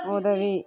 உதவி